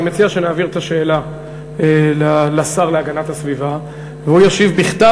אני מציע שנעביר את השאלה לשר להגנת הסביבה והוא ישיב בכתב.